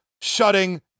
shutting